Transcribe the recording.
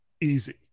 easy